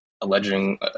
alleging